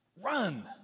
Run